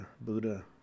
Buddha